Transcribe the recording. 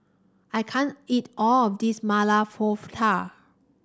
I can't eat all of this Maili Kofta